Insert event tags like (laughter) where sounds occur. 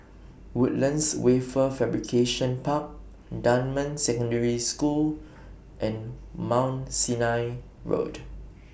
(noise) Woodlands Wafer Fabrication Park Dunman Secondary School and Mount Sinai Road